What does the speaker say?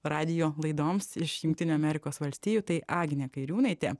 radijo laidoms iš jungtinių amerikos valstijų tai agnė kairiūnaitė